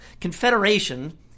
Confederation